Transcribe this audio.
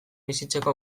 bizitzeko